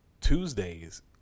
Tuesdays